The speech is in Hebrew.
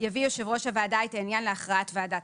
יביא יושב-ראש הוועדה את העניין להכרעת ועדת